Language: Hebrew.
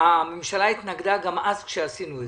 הממשלה התנגדה גם אז כשעשינו את זה.